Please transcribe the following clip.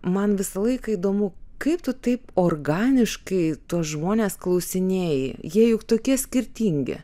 man visą laiką įdomu kaip tu taip organiškai tuos žmones klausinėji jie juk tokie skirtingi